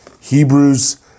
Hebrews